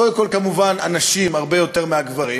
קודם כול, כמובן, הנשים הרבה יותר מהגברים,